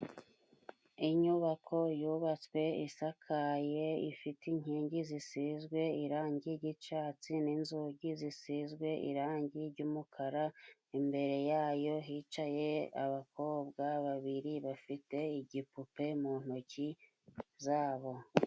Inyubako yubatswe isakaye, ifite inkingi zisizwe irangi, ry'icyatsi ninzugi zisizwe irangi ry'umukara imbere yayo hicaye abakobwa babiri, bafite igipupe mu ntoki zabo.